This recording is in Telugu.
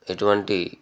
ఎటువంటి